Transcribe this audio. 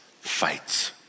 fights